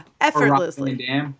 effortlessly